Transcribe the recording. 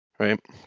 Right